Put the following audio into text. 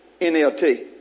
NLT